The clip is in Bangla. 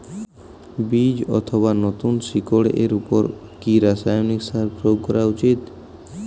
বীজ অথবা নতুন শিকড় এর উপর কি রাসায়ানিক সার প্রয়োগ করা উচিৎ?